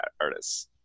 artists